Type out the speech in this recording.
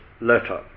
letter